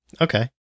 Okay